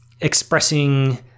expressing—